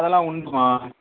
அதெல்லாம் உண்டு மா